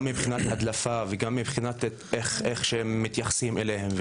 גם מבחינת הדלפה וגם מבחינת איך שמתייחסים אליהם.